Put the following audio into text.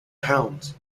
pounds